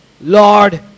Lord